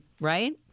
Right